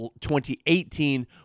2018